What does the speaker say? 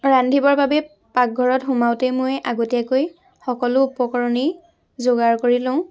ৰান্ধিবৰ বাবে পাকঘৰত সোমাওঁতেই মই আগতীয়াকৈ সকলো উপকৰণেই যোগাৰ কৰি লওঁ